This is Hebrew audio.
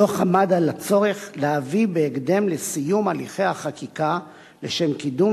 הדוח עמד על הצורך להביא בהקדם לסיום הליכי החקיקה לשם קידום